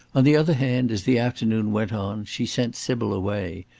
on the other hand, as the afternoon went on, she sent sybil away,